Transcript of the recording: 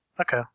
Okay